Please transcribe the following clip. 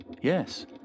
Yes